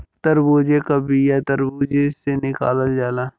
तरबूजे का बिआ तर्बूजे से निकालल जाला